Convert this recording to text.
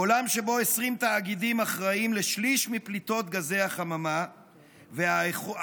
בעולם שבו עשרים תאגידים אחראים לשליש מפליטות גזי החממה ו-1%,